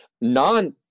non